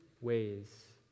ways